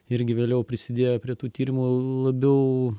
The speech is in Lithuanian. irgi vėliau prisidėjo prie tų tyrimų labiau